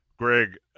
Greg